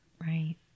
Right